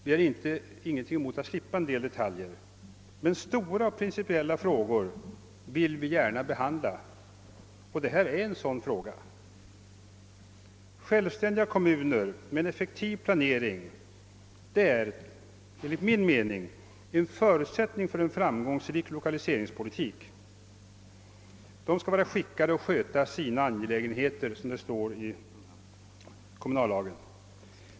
Vi har ingenting emot att slippa en del detaljer, men stora och principiella frågor vill vi gärna behandla, och det här är en sådan fråga. Självständiga kommuner med en effektiv planering är enligt min mening en förutsättning för en framgångsrik lokaliseringspolitik. De skall vara skickade att sköta sina angelägenheter, som det står i kommunallagen.